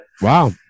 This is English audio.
Wow